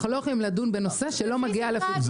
אנחנו לא יכולים לדון בנושא שלא מגיע לפתחנו.